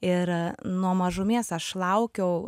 ir nuo mažumės aš laukiau